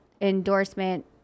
endorsement